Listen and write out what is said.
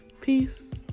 Peace